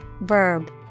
verb